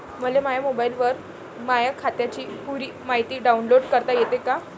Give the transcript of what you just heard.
मले माह्या मोबाईलवर माह्या खात्याची पुरी मायती डाऊनलोड करता येते का?